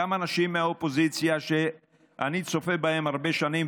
גם אנשים מהאופוזיציה שאני צופה בהם הרבה שנים,